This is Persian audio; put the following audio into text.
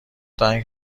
دهند